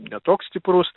ne toks stiprus